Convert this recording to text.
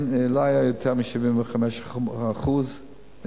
לא היו יותר מ-75% חיסונים.